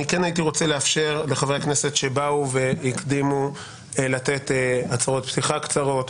כן הייתי רוצה לאפשר לחברי הכנסת שבאו והקדימו לתת הצהרות פתיחה קצרות.